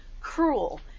cruel